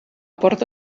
porta